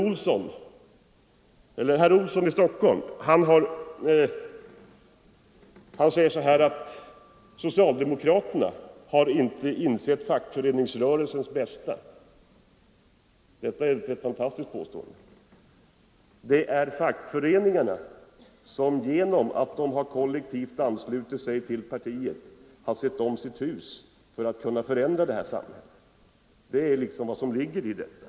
Herr Olsson i Stockholm säger att socialdemokraterna inte har insett fackföreningsrörelsens bästa. Fackföreningarna har när det kollektivt anslutit sig till partiet sett om sitt hus för att kunna förändra samhället. Det är vad som ligger i detta.